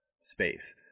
space